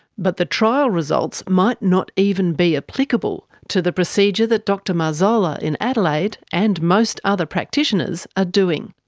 but the trial results might not even be applicable to the procedure that dr marzola in adelaide, and most other practitioners, are doing.